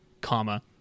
comma